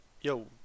Yo